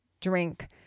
drink